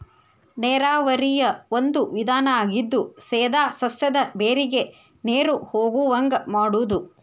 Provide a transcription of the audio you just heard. ನೇರಾವರಿಯ ಒಂದು ವಿಧಾನಾ ಆಗಿದ್ದು ಸೇದಾ ಸಸ್ಯದ ಬೇರಿಗೆ ನೇರು ಹೊಗುವಂಗ ಮಾಡುದು